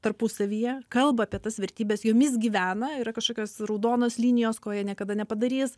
tarpusavyje kalba apie tas vertybes jomis gyvena yra kažkokios raudonos linijos ko jie niekada nepadarys